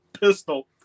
pistol